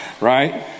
right